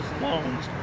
loans